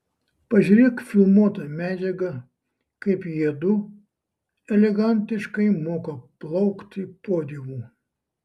pažiūrėk filmuotą medžiagą kaip jiedu elegantiškai moka plaukti podiumu